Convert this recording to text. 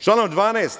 Članom 12.